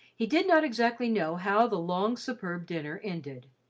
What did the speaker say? he did not exactly know how the long, superb dinner ended.